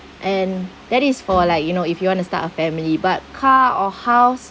and that is for like you know if you want to start a family but car or house